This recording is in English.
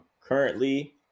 currently